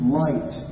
light